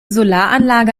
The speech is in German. solaranlage